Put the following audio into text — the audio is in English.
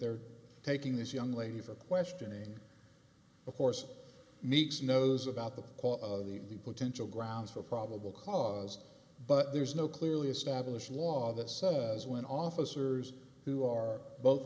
they're taking this young lady for questioning of course meeks knows about the cause of the potential grounds for probable cause but there's no clearly established law that says when officers who are both